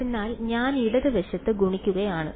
അതിനാൽ ഞാൻ ഇടതുവശത്ത് ഗുണിക്കുകയാണ്